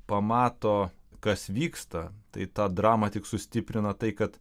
pamato kas vyksta tai tą dramą tik sustiprina tai kad